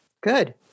Good